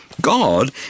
God